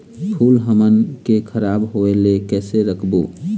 फूल हमन के खराब होए ले कैसे रोकबो?